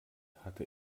hatte